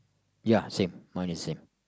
ya same mine is same